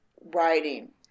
writing